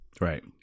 Right